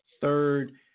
third